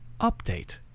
update